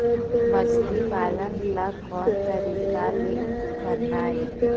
मछली पालन ला कोन तरीका ले करना ये?